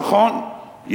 נכון,